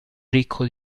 ricco